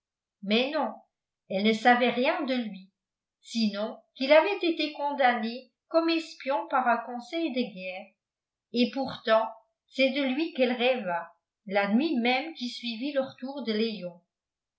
mais non elle ne savait rien de lui sinon qu'il avait été condamné comme espion par un conseil de guerre et pourtant c'est de lui qu'elle rêva la nuit même qui suivit le retour de léon